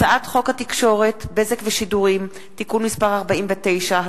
הצעת חוק התקשורת (בזק ושידורים) (תיקון מס' 49),